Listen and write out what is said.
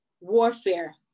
warfare